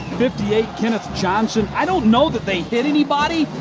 fifty eight, kenneth johnson, i don't know that they hit anybody,